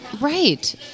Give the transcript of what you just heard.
Right